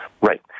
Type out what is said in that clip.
Right